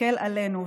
מסתכל עלינו,